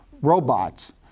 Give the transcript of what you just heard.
robots